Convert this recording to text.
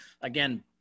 again